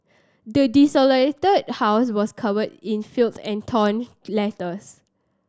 the desolated house was covered in filth and torn letters